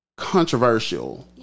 controversial